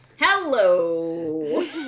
hello